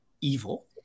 evil